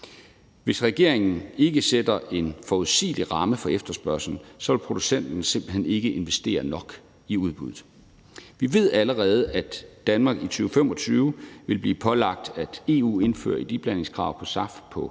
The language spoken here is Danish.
Hvis regeringen ikke sætter en forudsigelig ramme for efterspørgslen, vil producenterne simpelt hen ikke investere nok i udbuddet. Vi ved allerede, at Danmark i 2025 vil blive pålagt af EU at indføre et iblandingskrav for SAF på 2